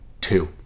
two